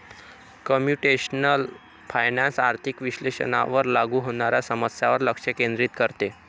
computational finance आर्थिक विश्लेषणावर लागू होणाऱ्या समस्यांवर लक्ष केंद्रित करते